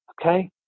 okay